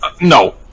no